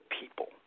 people